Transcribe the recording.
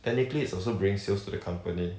technically is also bringing sales to the company